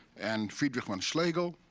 and friedrich von schlegel,